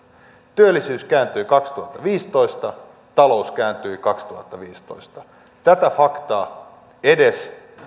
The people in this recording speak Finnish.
työllisyys kääntyi kaksituhattaviisitoista talous kääntyi kaksituhattaviisitoista tätä faktaa edes